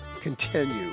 continue